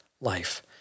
life